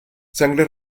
sangre